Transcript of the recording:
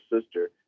sister